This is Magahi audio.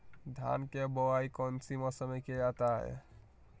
धान के बोआई कौन सी मौसम में किया जाता है?